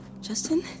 Justin